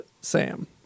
Sam